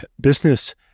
business